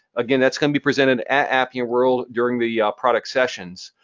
again, that's going to be presented at appian world during the product sessions.